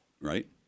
Right